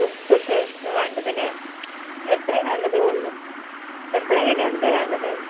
ഉച്ചത്തേക്കാണ് വേണ്ടതല്ലേ എത്രയാണ് വേണ്ടത് ഒന്ന് എത്ര കിലോൻ്റെയാണ് വേണ്ടത്